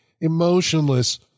emotionless